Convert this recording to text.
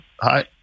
Hi